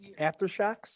Aftershocks